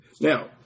Now